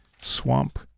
Swamp